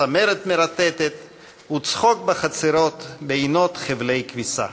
צמרת מרטטת / וצחוק בחצרות בינות חבלי כביסה.